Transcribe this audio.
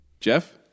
Jeff